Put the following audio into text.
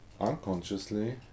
Unconsciously